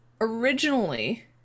originally